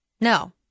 No